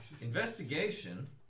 Investigation